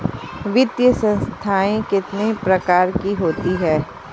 वित्तीय संस्थाएं कितने प्रकार की होती हैं?